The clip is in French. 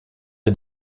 est